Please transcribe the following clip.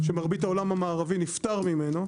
שמרבית העולם המערבי נפטר ממנו,